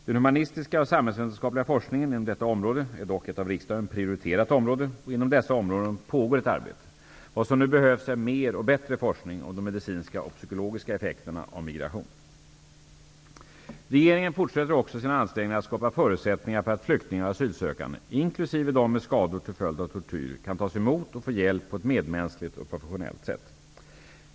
Den humanistiska och samhällsvetenskapliga forskningen inom detta område är dock ett av riksdagen prioriterat område, och inom dessa områden pågår ett arbete. Vad som nu behövs är mer och bättre forskning om de medicinska och psykologiska effekterna av migration. Regeringen fortsätter också sina ansträngningar att skapa förutsättningar för att flyktingar och asylsökande, inkl. de med skador till följd av tortyr, kan tas emot och få hjälp på ett medmänskligt och professionellt sätt.